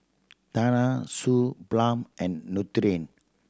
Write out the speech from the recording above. Tena Suu Balm and Nutren